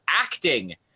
acting